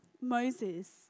Moses